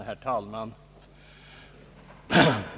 Herr talman!